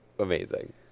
Amazing